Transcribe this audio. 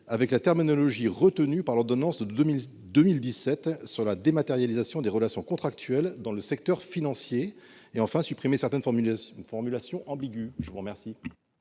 avec la terminologie retenue par l'ordonnance de 2017 sur la dématérialisation des relations contractuelles dans le secteur financier ; enfin, à supprimer certaines formulations ambiguës. La parole